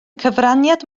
cyfraniad